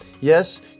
Yes